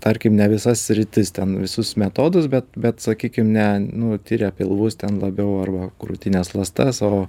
tarkim ne visas sritis ten visus metodus bet bet sakykim ne nu tiria pilvus ten labiau arba krūtinės ląstas o